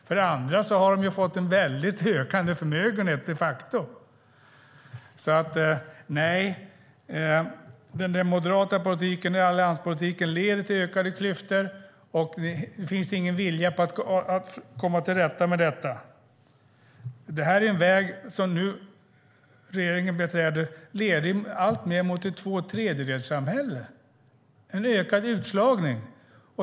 För det andra har de ju de facto fått en stor ökning av sin förmögenhet. Den moderata politiken och allianspolitiken leder till ökade klyftor. Det finns ingen vilja från er att komma till rätta med detta. Den väg som regeringen nu beträder leder alltmer till ett tvåtredjedelssamhälle och en ökad utslagning.